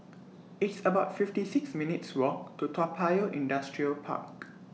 It's about fifty six minutes' Walk to Toa Payoh Industrial Park